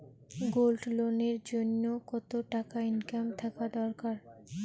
Gold loan এর জইন্যে কতো টাকা ইনকাম থাকা দরকার?